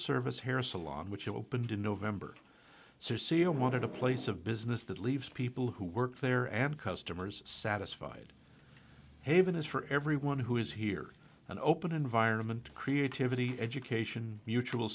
service hair salon which opened in november c e o wanted a place of business that leaves people who work there and customers satisfied haven is for everyone who is here an open environment creativity education mutual